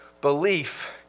belief